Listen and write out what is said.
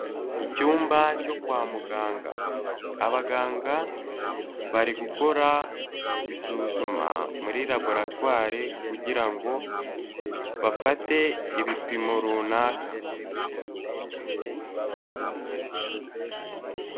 Icyumba cyo kwa muganga. Abaganga bari gukora isuzuma muri laboratwari kugira ngo bafate ibipimo runaka.